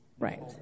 Right